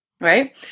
Right